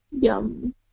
Yum